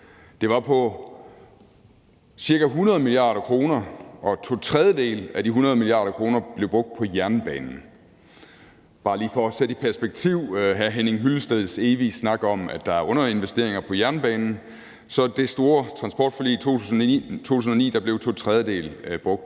Det var på ca. 100 mia. kr., og to tredjedele af de 100 mia. kr. blev brugt på jernbanen. Det er bare lige for at sætte hr. Henning Hyllesteds evige snak om, at der er underinvesteringer på jernbanen, i perspektiv. Så i det store transportforlig i 2009 blev to tredjedele brugt